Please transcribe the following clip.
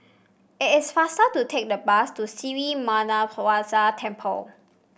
it is faster to take the bus to Sri Muneeswaran Temple